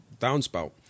downspout